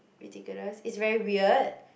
ridiculous is very weird